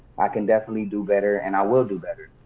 i can definitely do better, and i will do better.